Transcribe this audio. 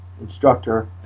instructor